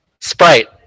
Sprite